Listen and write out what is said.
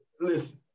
listen